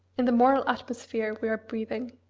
in the moral atmosphere we are breathing!